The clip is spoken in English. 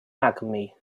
alchemy